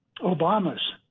Obama's